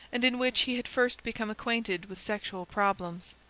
and in which he had first become acquainted with sexual problems.